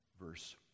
verse